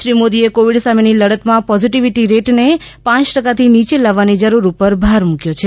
શ્રી મોદીએ કોવિડ સામેની લડતમાં પોઝિટિવિટી રેટને પાંચ ટકાથી નીચે લાવવાની જરૂર પર ભાર મૂક્યો છે